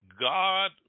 God